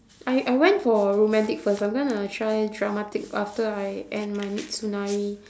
I I went for romantic first I'm gonna try dramatic after I end my mitsunari